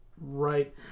right